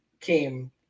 came